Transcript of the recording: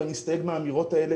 ואני מסתייג מהאמירות האלה